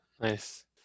Nice